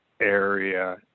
area